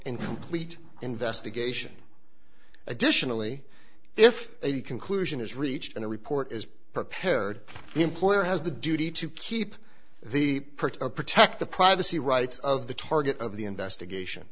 and complete investigation additionally if a conclusion is reached and the report is prepared the employer has the duty to keep the protect the privacy rights of the target of the investigation